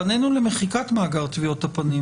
פנינו למחיקת טביעות הפנים,